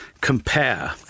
compare